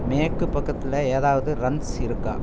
மேற்கு பக்கத்தில் ஏதாவது ரன்ஸ் இருக்கா